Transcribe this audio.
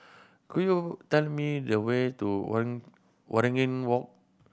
could you tell me the way to Waringin Walk